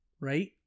right